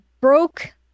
broke